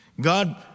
God